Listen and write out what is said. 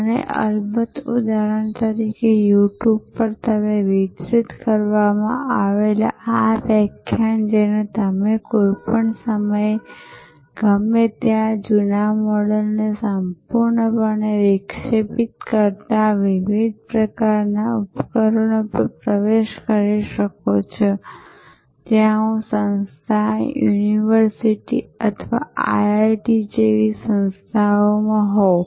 અને અલબત્ત ઉદાહરણ તરીકે યુટ્યુબ પર તમને વિતરિત કરવામાં આવેલ આ વ્યાખ્યાન જેને તમે કોઈપણ સમયે ગમે ત્યાં જૂના મોડલને સંપૂર્ણપણે વિક્ષેપિત કરતા વિવિધ પ્રકારના ઉપકરણો પર પ્રવેશ કરી શકો છો જ્યાં હું સંસ્થા યુનિવર્સિટી અથવા IIT જેવી સંસ્થામાં હોઉં